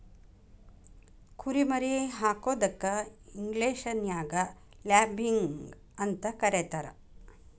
ಕುರಿ ಮರಿ ಹಾಕೋದಕ್ಕ ಇಂಗ್ಲೇಷನ್ಯಾಗ ಲ್ಯಾಬಿಂಗ್ ಅಂತ ಕರೇತಾರ